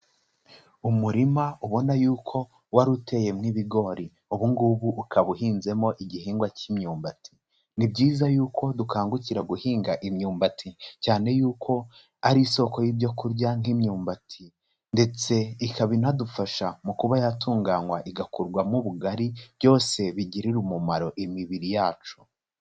Umurima ubona yuko wari uteyemwo ibigori, ubu ngubu ukaba uhinzemo igihingwa cy'imyumbati. Ni byiza yuko dukangukira guhinga imyumbati cyane yuko ari isoko y'ibyo kurya nk'imyumbati, ndetse ikaba inadufasha mu kuba yatunganywa igakurwamo ubugari, byose bigirira umumaro imibiri yacu.